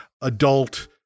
adult